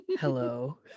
Hello